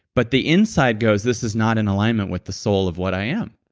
but the inside goes this is not in alignment with the soul of what i am.